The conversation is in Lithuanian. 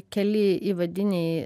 keli įvadiniai